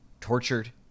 tortured